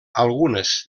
algunes